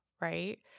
right